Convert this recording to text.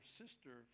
sister